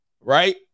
Right